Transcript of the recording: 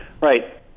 Right